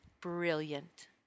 brilliant